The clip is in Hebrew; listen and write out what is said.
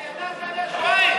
אתה ידעת עליה שבועיים,